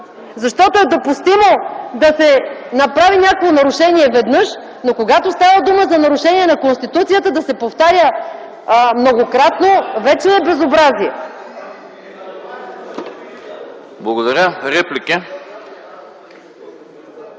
Защото е допустимо да се направи някакво нарушение веднъж, но когато става дума за нарушение на Конституцията да се повтаря многократно, вече е безобразие. (Шум и реплики.)